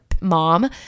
mom